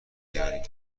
بیاری